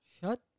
Shut